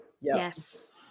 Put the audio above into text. Yes